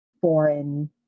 foreign